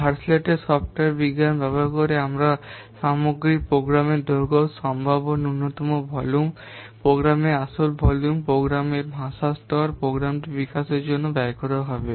Halstead software বিজ্ঞান ব্যবহার করে আপনি সামগ্রিক প্রোগ্রামের দৈর্ঘ্য সম্ভাব্য ন্যূনতম ভলিউম প্রোগ্রামের আসল ভলিউম প্রোগ্রামের ভাষা স্তর প্রোগ্রামটি বিকাশের জন্য ব্যয় করা হবে